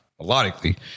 melodically